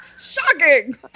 Shocking